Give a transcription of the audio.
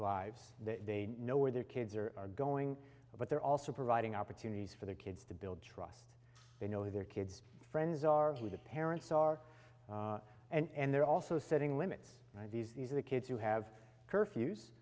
lives that they know where their kids are going but they're also providing opportunities for their kids to build trust they know their kids friends are who the parents are and they're also setting limits and these are the kids who have curfews